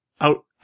out